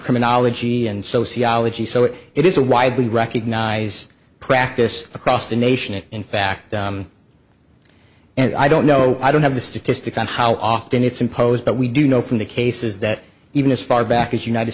criminology and sociology so it is a widely recognized practice across the nation and in fact and i don't know i don't have the statistics on how often it's imposed but we do know from the cases that even as far back as united